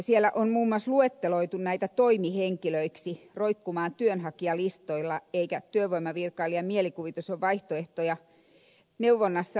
siellä on muun muassa luetteloitu näitä toimihenkilöiksi roikkumaan työnhakijalistoilla eikä työvoimavirkailijan mielikuvitus ole vaihtoehtoja neuvonnassa löytänyt